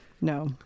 No